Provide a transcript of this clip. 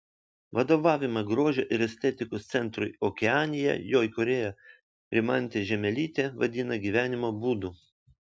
vadovavimą grožio ir estetikos centrui okeanija jo įkūrėja rimantė žiemelytė vadina gyvenimo būdu